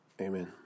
Amen